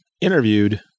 interviewed